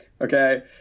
Okay